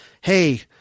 hey